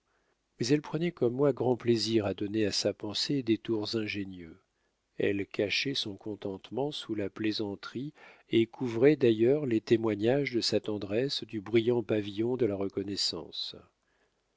mais elle prenait comme moi grand plaisir à donner à sa pensée des tours ingénieux elle cachait son contentement sous la plaisanterie et couvrait d'ailleurs les témoignages de sa tendresse du brillant pavillon de la reconnaissance